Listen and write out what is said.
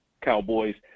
Cowboys